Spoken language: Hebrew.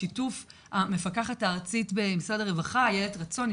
בשיתוף המפקחת הארצית במשרד הרווחה-איילת רצון,